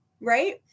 Right